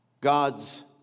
God's